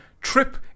trip